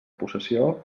possessió